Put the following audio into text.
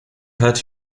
hurt